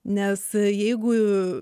nes jeigu